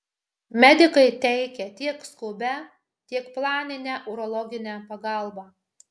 medikai teikia tiek skubią tiek planinę urologinę pagalbą